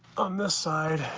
on this side,